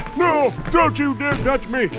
no, don't you dare touch me.